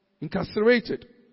incarcerated